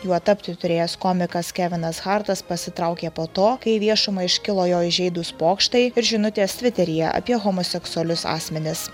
juo tapti turėjęs komikas kevinas hartas pasitraukė po to kai į viešumą iškilo jo įžeidūs pokštai ir žinutės tviteryje apie homoseksualius asmenis